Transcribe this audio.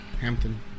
Hampton